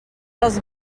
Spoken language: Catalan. dels